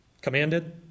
commanded